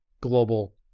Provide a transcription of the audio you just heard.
global